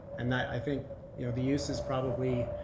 and i think the use is probably